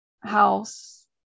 house